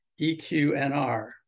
EQNR